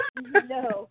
No